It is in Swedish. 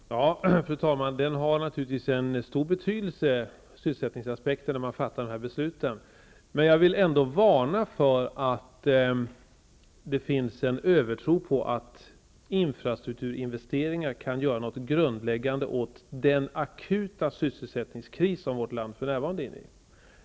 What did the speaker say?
Fru talman! Sysselsättningsaspekten har naturligvis en stor betydelse när man fattar dessa beslut. Jag vill ändå varna för att det finns en övertro på att infrastrukturinvesteringar kan göra något grundläggande åt den akuta sysselsättningskris som vårt land för närvarande är inne i.